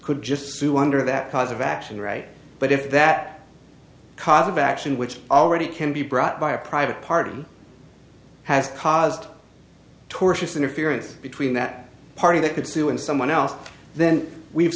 could just sue under that cause of action right but if that cause of action which already can be brought by a private party has caused tortious interference between that party that could sue and someone else then we've